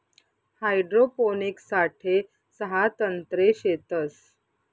hydroponics साठे सहा तंत्रे शेतस